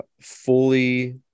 fully